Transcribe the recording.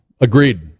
agreed